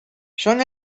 són